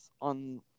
on